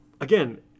Again